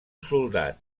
soldat